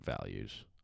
values